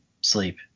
sleep